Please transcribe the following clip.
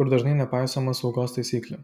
kur dažnai nepaisoma saugos taisyklių